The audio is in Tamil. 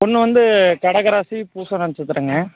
பெண்ணு வந்து கடக ராசி பூச நட்சத்திரங்க